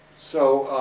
so,